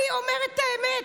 אני אומרת את האמת.